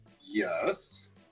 Yes